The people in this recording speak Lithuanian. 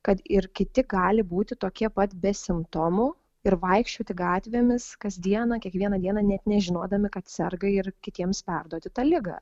kad ir kiti gali būti tokie pat be simptomų ir vaikščioti gatvėmis kasdieną kiekvieną dieną net nežinodami kad serga ir kitiems perduoti tą ligą